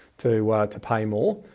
to to pay more.